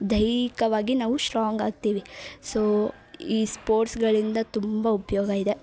ದೈಹಿಕವಾಗಿ ನಾವು ಸ್ಟ್ರಾಂಗ್ ಆಗ್ತೀವಿ ಸೋ ಈ ಸ್ಪೋಟ್ಸ್ಗಳಿಂದ ತುಂಬ ಉಪಯೋಗ ಇದೆ